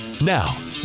Now